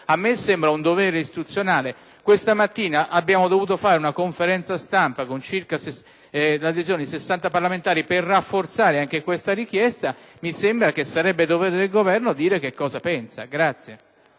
a me sembra un dovere istituzionale. Questa mattina abbiamo dovuto fare una conferenza stampa con l’adesione di 60 parlamentari per rafforzare tale richiesta e mi sembra che sarebbe dovere del Governo dire che cosa pensa.